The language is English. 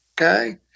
okay